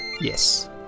Yes